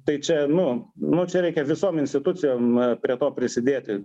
tai čia nu nu čia reikia visom institucijom prie to prisidėti